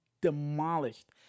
demolished